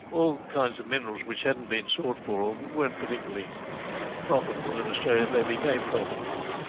all kinds of minerals which hadn't been sought for or weren't particularly profitable in australia, they became profitable.